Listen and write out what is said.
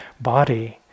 body